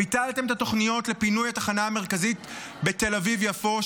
ביטלתם את התוכניות לפינוי התחנה המרכזית בתל אביב יפו,